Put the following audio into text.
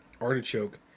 Artichoke